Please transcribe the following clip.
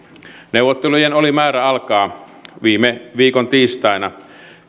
neuvottelujen oli määrä alkaa viime viikon tiistaina